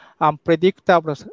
unpredictable